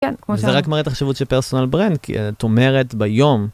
‫זה רק מראית תחשיבות של פרסונל ברנק, ‫את אומרת ביום.